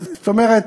זאת אומרת,